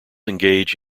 engage